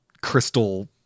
crystal